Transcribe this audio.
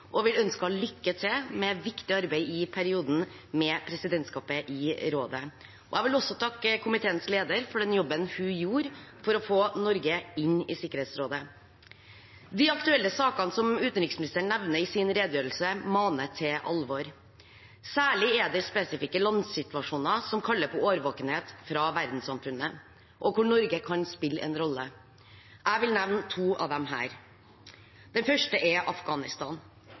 Jeg vil ønske henne lykke til med viktig arbeid i perioden med presidentskapet i rådet. Jeg vil også takke komiteens leder for den jobben hun gjorde for å få Norge inn i Sikkerhetsrådet. De aktuelle sakene som utenriksministeren nevner i sin redegjørelse, maner til alvor. Særlig er det spesifikke landsituasjoner som kaller på årvåkenhet fra verdenssamfunnet, og hvor Norge kan spille en rolle. Jeg vil nevne to av dem her. Den første er Afghanistan.